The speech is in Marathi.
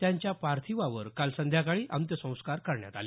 त्यांच्या पार्थिवावर काल संध्याकाळी अंत्यसंस्कार करण्यात आले